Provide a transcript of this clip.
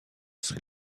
sri